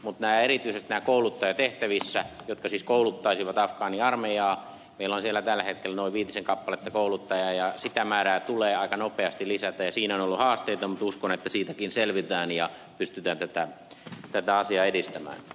mutta erityisesti kouluttajatehtävissä jotka siis kouluttaisivat afgaaniarmeijaa meillä on siellä tällä hetkellä noin viitisen kappaletta kouluttajia ja sitä määrää tulee aika nopeasti lisätä siinä on ollut haasteita mutta uskon että siitäkin selvitään ja pystytään tätä asiaa edistämään